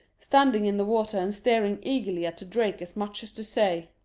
standing in the water and staring eagerly at the drake as much as to say